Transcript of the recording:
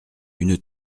une